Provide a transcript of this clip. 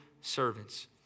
servants